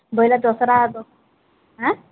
ବୋଇଲେ ଦଶହରା ଆଗ ଆଁ